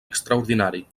extraordinari